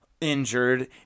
injured